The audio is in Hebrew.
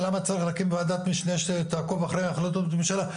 למה צריך להקים ועדת משנה שתעקוב אחרי החלטות ממשלה?